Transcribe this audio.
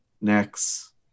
next